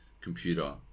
computer